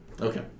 Okay